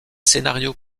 scénarios